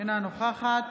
אינה נוכחת